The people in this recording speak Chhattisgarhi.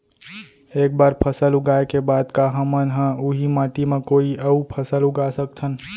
एक बार फसल उगाए के बाद का हमन ह, उही माटी मा कोई अऊ फसल उगा सकथन?